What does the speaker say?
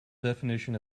definition